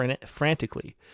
frantically